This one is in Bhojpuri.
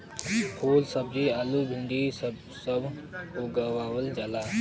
फूल सब्जी आलू भंटा सब उगावल जाला